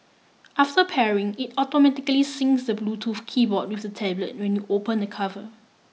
after pairing it automatically syncs the Bluetooth keyboard with the tablet when you open the cover